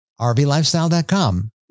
rvlifestyle.com